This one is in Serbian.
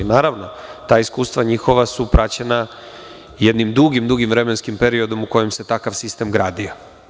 Naravno, ta iskustva njihova su praćena jednim dugim, dugim vremenskim periodom u kome se takav sistem gradio.